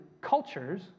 cultures